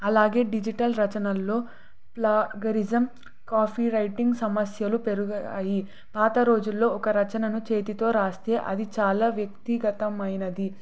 అలాగే డిజిటల్ రచనల్లో plagiarism copy writing సమస్యలు పెరిగాయి పాత రోజుల్లో ఒక రచనను చేతితో రాస్తే అది చాలా వ్యక్తిగతమైనది